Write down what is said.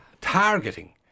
targeting